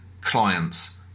clients